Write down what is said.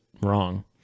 wrong